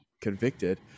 convicted